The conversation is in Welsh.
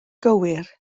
gywir